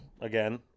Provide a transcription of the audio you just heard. again